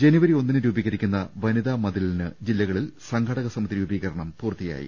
ജനുവരി ഒന്നിന് രൂപീകരിക്കുന്ന വനിതാ മതിലിന് ജില്ലകളിൽ സംഘാടക സമിതി രൂപീകരണം പൂർത്തിയായി